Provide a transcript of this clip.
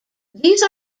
these